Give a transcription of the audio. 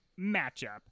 matchup